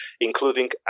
including